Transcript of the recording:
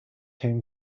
whom